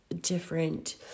different